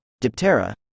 diptera